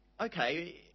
okay